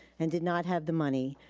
and did not have the money,